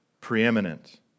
preeminent